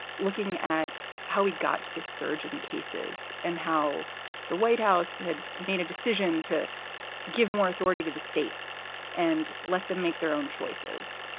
looking at how we got this surge in cases and how the white house had made a decision to give more authority to the states and let them make their own choices.